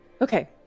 okay